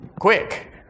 quick